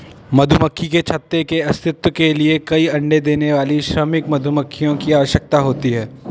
मधुमक्खी के छत्ते के अस्तित्व के लिए कई अण्डे देने वाली श्रमिक मधुमक्खियों की आवश्यकता होती है